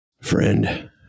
Friend